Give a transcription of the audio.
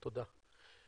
תודה.